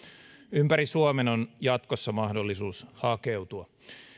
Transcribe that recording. ympäri suomen on jatkossa mahdollisuus hakeutua